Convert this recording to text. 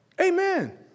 Amen